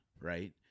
right